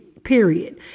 Period